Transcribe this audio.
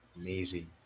Amazing